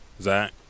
Zach